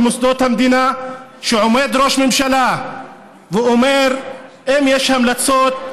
במוסדות המדינה כשעומד ראש ממשלה ואומר: אם יש המלצות,